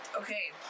Okay